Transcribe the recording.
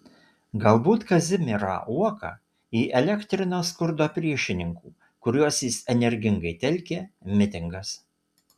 galbūt kazimierą uoką įelektrino skurdo priešininkų kuriuos jis energingai telkė mitingas